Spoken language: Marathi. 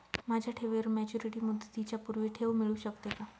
माझ्या ठेवीवर मॅच्युरिटी मुदतीच्या पूर्वी ठेव मिळू शकते का?